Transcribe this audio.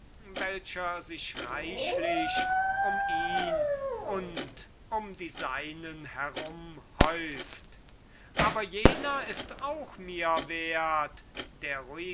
welcher sich reichlich um ihn und um die seinen herum häuft aber jener ist auch mir wert der